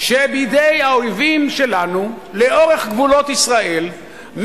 שבידי האויבים שלנו לאורך גבולות ישראל,